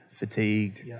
Fatigued